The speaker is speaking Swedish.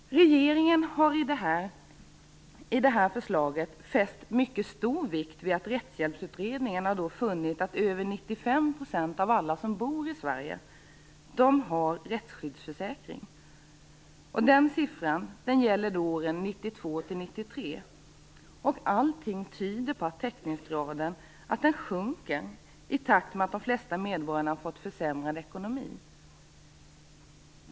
Regeringen har i det här förslaget fäst mycket stor vikt vid att Rättshjälpsutredningen har funnit att över 95 % av alla som bor i Sverige har rättsskyddsförsäkring. Den siffran gäller för åren 1992-1993, och allting tyder på att teckningsgraden sjunker i takt med att de flesta medborgarna har fått försämrad ekonomi.